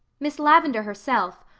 miss lavendar herself,